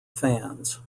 fans